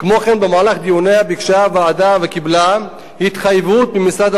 במהלך דיוניה ביקשה הוועדה וקיבלה התחייבות ממשרד האוצר